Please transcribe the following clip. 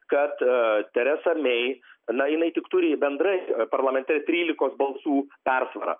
kad teresa mey na jinai tik turi bendrai parlamente trylikos balsų persvarą